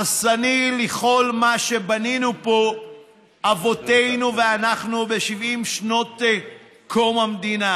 הרסני לכל מה שבנינו פה אבותינו ואנחנו ב-70 שנות קום המדינה,